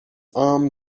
arm